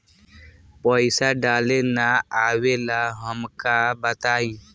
पईसा डाले ना आवेला हमका बताई?